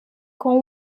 com